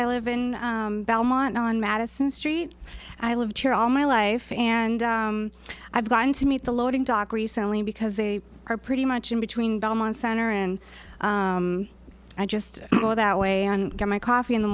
i live in belmont on madison street i lived here all my life and i designed to meet the loading dock recently because they are pretty much in between belmont center and i just go that way and get my coffee in the